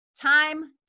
time